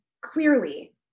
clearly